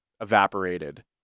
evaporated